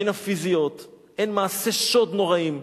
הן הפיזיות, הן מעשי שוד נוראים,